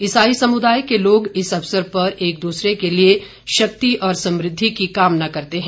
इसाई समुदाय के लोग इस अवसर पर एक दूसरे के लिए शक्ति और समुद्धि की कामना करते हैं